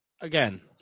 again